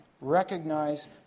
Recognize